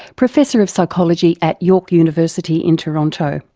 professor of psychology at york university in toronto.